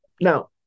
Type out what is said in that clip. now